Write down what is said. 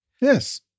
Yes